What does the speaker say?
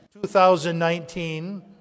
2019